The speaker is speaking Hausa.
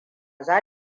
za